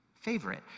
favorite